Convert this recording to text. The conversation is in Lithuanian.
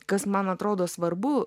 kas man atrodo svarbu